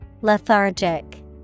Lethargic